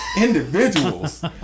individuals